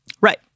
Right